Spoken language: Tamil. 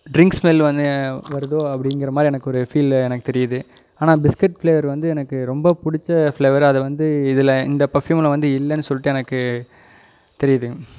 டிரிங்க்ஸ் ஸ்மெல் வந்து வருதோ அப்படிங்கிற மாதிரி எனக்கு ஒரு ஃபீல் எனக்கு தெரியுது ஆனால் பிஸ்கட் ஃப்ளேவர் வந்து எனக்கு ரொம்ப பிடிச்ச ஃப்ளேவர் அது வந்து இதில் இந்த பர்ஃப்யூம்மில் வந்து இல்லைனு சொல்லிட்டு எனக்கு தெரியுது